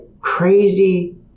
crazy